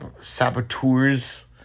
saboteurs